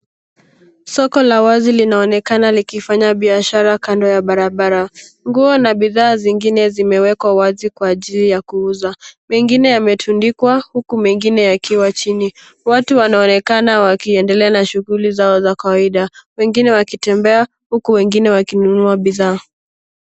Soko la wazi linaonekana likifanya biashara kando ya barabara. Nguo na bidhaa zingine zimewekwa wazi kwa ajili ya kuuzwa, mengine yametundikwa, huku mengine yakiwa chini. Watu wanaonekana wakiendelea na shughuli zao za kawaida, wengine wakitembea, huku wengine wakinunua bidhaa.